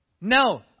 no